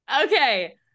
Okay